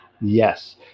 yes